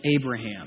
Abraham